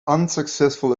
unsuccessful